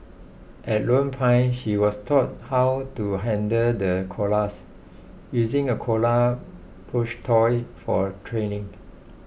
at Lone Pine she was taught how to handle the koalas using a koala plush toy for training